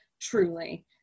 truly